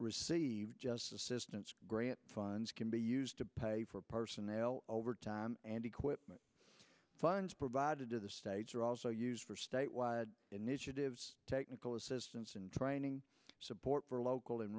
received just assistance grant funds can be used to pay for personnel over time and equipment funds provided to the states are also used for state wide initiatives technical assistance and training support for local in